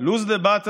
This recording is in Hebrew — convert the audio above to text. Lose the battle